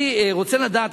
אני רוצה לדעת,